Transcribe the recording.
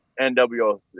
NWO